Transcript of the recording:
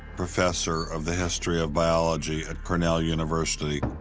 professor of the history of biology at cornell university,